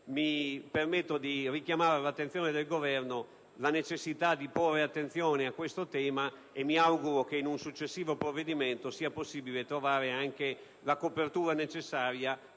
mi permetto di richiamare l'attenzione del Governo su questo tema e mi auguro che in un successivo provvedimento sia possibile trovare anche la copertura necessaria